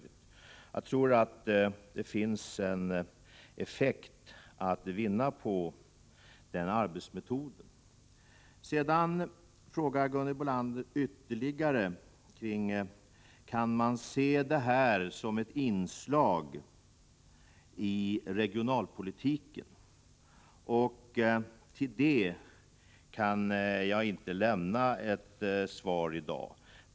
Jag tror att det finns en effekt att vinna på den arbetsmetoden. Sedan frågar Gunhild Bolander ytterligare om man kan se detta som ett inslagiregionalpolitiken. På den frågan kan jag inte lämna ett svar i dag.